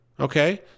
Okay